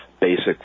basic